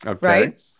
right